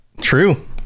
True